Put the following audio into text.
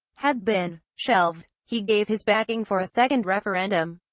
had been shelved. he gave his backing for a second referendum.